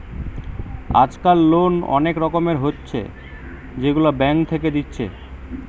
আজকাল লোন অনেক রকমের হচ্ছে যেগুলা ব্যাঙ্ক থেকে দিচ্ছে